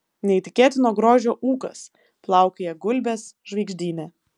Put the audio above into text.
neįtikėtino grožio ūkas plaukioja gulbės žvaigždyne